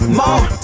more